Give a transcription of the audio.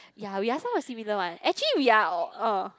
ya we are somewhat similar what actually we are orh orh